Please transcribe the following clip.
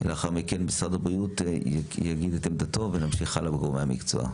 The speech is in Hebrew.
לאחר מכן משרד הבריאות יגיד את עמדתו ונמשיך הלאה עם גורמי המקצוע.